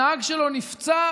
הנהג שלו נפצע.